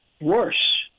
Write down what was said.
worse